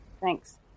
Thanks